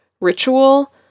ritual